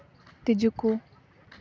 ᱛᱤᱸᱡᱩ ᱠᱚ